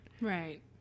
Right